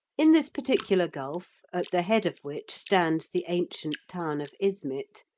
in this particular gulf, at the head of which stands the ancient town of ismidt,